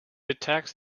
attacks